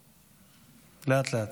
לאט-לאט.